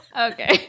okay